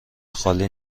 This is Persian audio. خالی